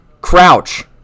Crouch